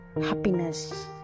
happiness